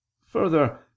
further